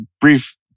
brief